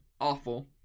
Awful